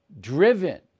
Driven